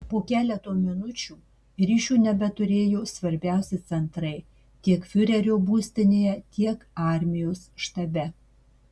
po keleto minučių ryšio nebeturėjo svarbiausi centrai tiek fiurerio būstinėje tiek armijos štabe